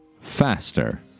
faster